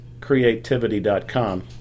creativity.com